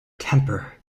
temper